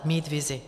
Mít vizi.